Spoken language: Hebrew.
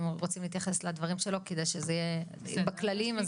אם רוצים להתייחס לדברים שלו בכללי, בבקשה.